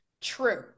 True